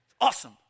Awesome